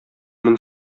мең